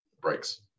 breaks